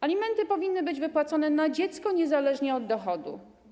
Alimenty powinny być wypłacone na dziecko niezależnie od dochodu.